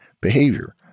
behavior